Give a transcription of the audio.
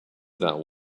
that